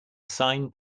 sign